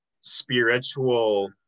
spiritual